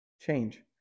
change